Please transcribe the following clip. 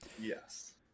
Yes